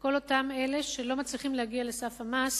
כל אלה שלא מצליחים להגיע לסף המס